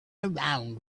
around